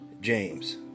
James